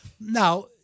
now